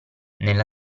nella